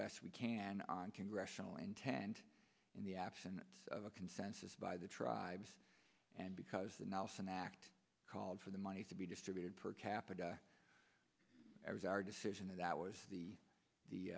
best we can on congressional intent in the absence of a consensus by the tribes and because the nelson act called for the money to be distributed per capita as our decision that was the the